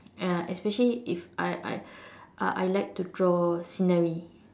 uh especially if I I uh I like to draw scenery